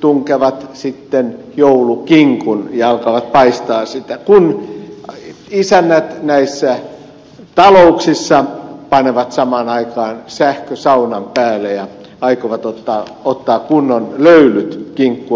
tunkevat uuniin joulukinkun ja alkavat paistaa sitä ja samaan aikaan isännät näissä talouksissa panevat sähkösaunan päälle ja aikovat ottaa kunnon löylyt kinkkua odotellessaan